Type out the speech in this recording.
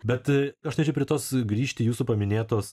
bet aš norėčiau prie tos grįžti jūsų paminėtos